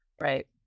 Right